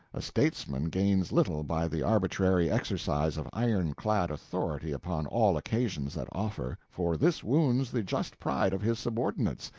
a statesman gains little by the arbitrary exercise of iron-clad authority upon all occasions that offer, for this wounds the just pride of his subordinates,